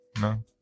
no